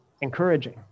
encouraging